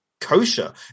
kosher